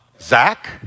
Zach